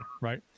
right